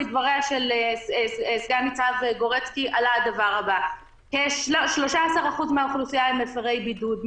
מדברי סגן-ניצב גורצקי עלה הדבר הבא: כ-13% מהאוכלוסייה הם מפרי בידוד,